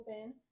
open